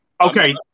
okay